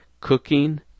cooking